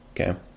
okay